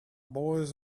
boys